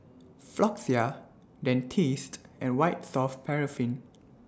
Floxia Dentiste and White Soft Paraffin